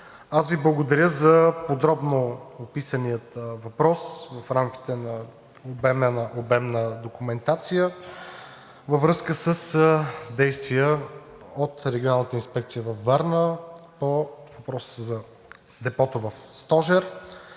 аз Ви благодаря за подробно описания въпрос в рамките на обемна документация във връзка с действия от Регионалната инспекция във Варна по въпроса за депото в Стожер.